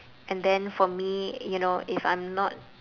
and then for me you know if I'm not